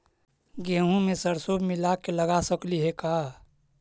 गेहूं मे सरसों मिला के लगा सकली हे का?